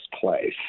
place